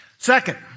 Second